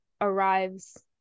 arrives